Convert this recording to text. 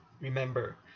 remember